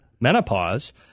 menopause